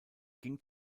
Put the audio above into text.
ging